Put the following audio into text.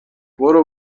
برو